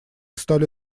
стали